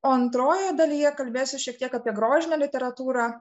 o antrojoje dalyje kalbėsiu šiek tiek apie grožinę literatūrą